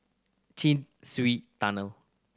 Chin Swee Tunnel